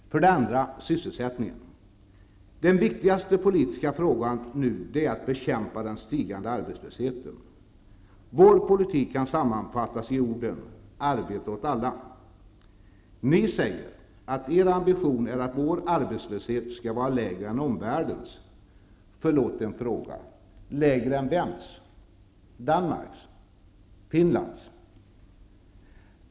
För det andra har vi frågan om sysselsättningen. Den viktigaste politiska frågan nu är att bekämpa den stigande arbetslösheten. Vår politik kan sammanfattas i orden: Arbete åt alla. Ni säger att er ambition är att arbetslösheten i Sverige skall vara lägre än omvärldens. Förlåt en fråga: Lägre än vems? Danmarks? Finlands?